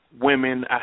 women